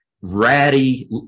ratty